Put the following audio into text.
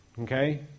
okay